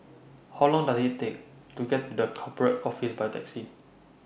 How Long Does IT Take to get to The Corporate Office By Taxi